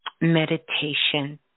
meditation